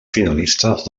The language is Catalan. finalistes